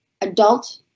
adult